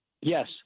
Yes